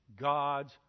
God's